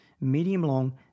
medium-long